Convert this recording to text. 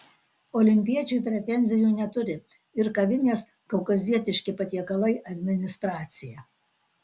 olimpiečiui pretenzijų neturi ir kavinės kaukazietiški patiekalai administracija